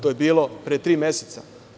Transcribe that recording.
To je bilo pre tri meseca.